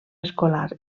escolar